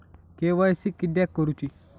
KYC किदयाक करूची?